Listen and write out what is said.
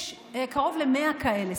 יש קרוב ל-100 כאלה,